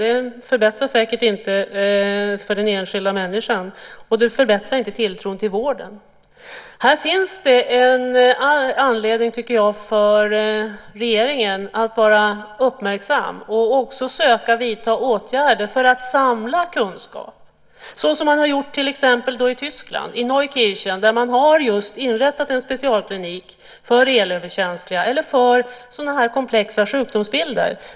Det förbättrar säkert inte för den enskilda människan, och det förbättrar inte tilltron till vården. Här finns, tycker jag, en anledning för regeringen att vara uppmärksam och också att söka vidta åtgärder för att samla kunskap så som man gjort till exempel i Neukirchen i Tyskland. Där har man just inrättat en specialklinik för elöverkänsliga eller för sådana här komplexa sjukdomsbilder.